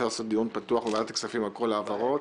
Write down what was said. לעשות דיון פתוח בוועדת הכספים על כל ההעברות